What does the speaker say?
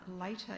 later